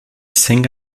sing